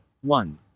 One